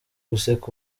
guseka